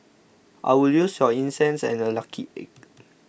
I will use your incense and a lucky egg